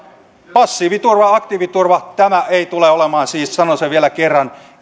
passiiviturva aktiiviturva tämä ei siis tule olemaan sanon sen vielä kerran